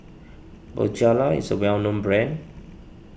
Bonjela is a well known brand